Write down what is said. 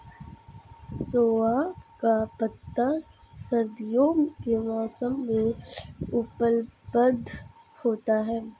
सोआ का पत्ता सर्दियों के मौसम में उपलब्ध होता है